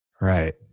right